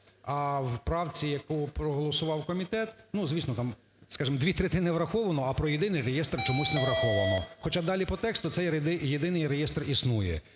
а в правці, яку проголосував комітет, звісно, там, скажемо, дві третини враховано, а про єдиний реєстр чомусь не враховано, хоча далі по тексту цей єдиний реєстр існує.